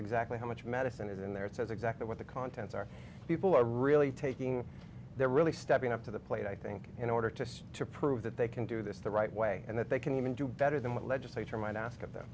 exactly how much medicine it in there says exactly what the contents are people are really taking they're really stepping up to the plate i think in order to to prove that they can do this the right way and that they can even do better than what legislature might ask of them